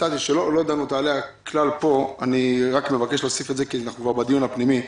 שלא דנו בה כלל פה ואני מבקש להוסיף אותה כי אנחנו כבר בדיון הפנימי.